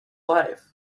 life